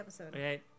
Okay